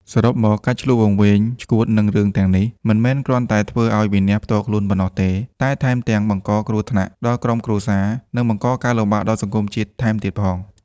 សរុបមក ការឈ្លក់វង្វេងឆ្កួតនឹងរឿងទាំងនេះ ពុំមែនគ្រាន់តែធ្វើឲ្យវិនាសផ្ទាល់ខ្លួនប៉ុណ្ណោះទេ តែថែមទាំងបង្កគ្រោះថ្នាក់ដល់ក្រុមគ្រួសារ និងបង្កការលំបាកដល់សង្គមជាតិថែមទៀតផង ។